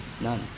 none